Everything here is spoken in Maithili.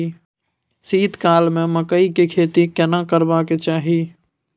शीत काल में मकई के खेती केना करबा के चाही?